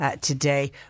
today